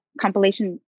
compilation